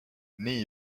nii